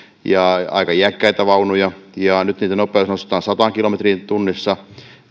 ja aika iäkkäitä vaunuja ja nyt niiden nopeus nostetaan sataan kilometriin tunnissa